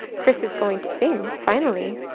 chris is going to sing, finally.